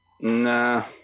Nah